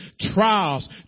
trials